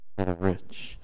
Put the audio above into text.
rich